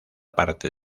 parte